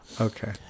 Okay